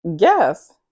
Yes